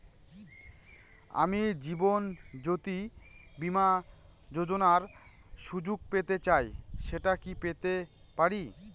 আমি জীবনয্যোতি বীমা যোযোনার সুযোগ পেতে চাই সেটা কি পেতে পারি?